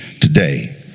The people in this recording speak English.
today